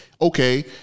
Okay